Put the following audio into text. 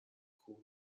کوه